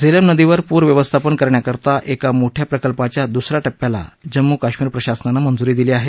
झेलम नदीवर पूर व्यवस्थापन करण्याकरता एका मोठया प्रकल्पाच्या दुस या टप्प्याला जम्मू कश्मीर प्रशासनानं मंजुरी दिली आहे